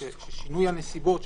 ששינוי הנסיבות,